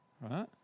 right